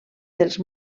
dels